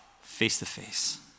face-to-face